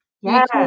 Yes